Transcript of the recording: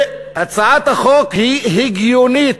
הצעת החוק היא הגיונית.